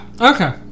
Okay